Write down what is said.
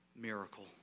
miracle